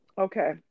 Okay